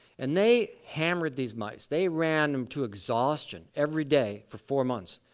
and they hammered these mice, they ran them to exhaustion, every day, for four months,